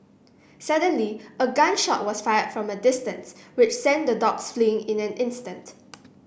suddenly a gun shot was fired from a distance which sent the dogs fleeing in an instant